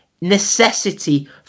Necessity